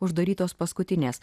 uždarytos paskutinės